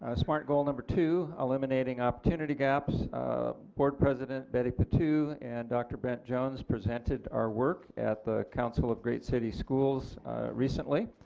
ah smart goal number two eliminating opportunity gaps board president betty patu and dr. brent jones presented our work at the council of great city schools recently,